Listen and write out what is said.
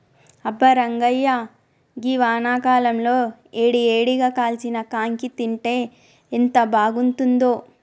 అబ్బా రంగాయ్య గీ వానాకాలంలో ఏడి ఏడిగా కాల్చిన కాంకి తింటే ఎంత బాగుంతుందో